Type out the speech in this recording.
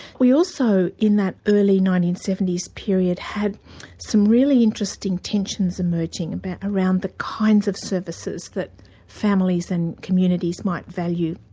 we also, in that early nineteen seventy s period had some really interesting tensions emerging and around the kinds of services that families and communities might value.